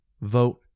Vote